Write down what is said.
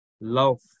love